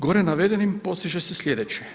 Gore navedenim postiže se slijedeće.